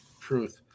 truth